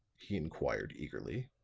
he inquired eagerly.